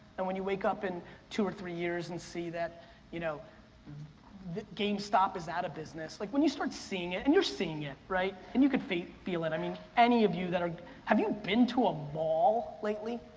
and when you wake up in two or three years and see that you know that gamestop is out of business, like when you start seeing it, and you're seeing it, right? and you can feel feel it. i mean, any of you. have you been to a mall lately?